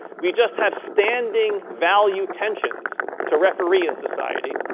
we just have standing value tensions to referee in society.